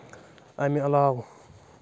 اَمہِ علاوٕ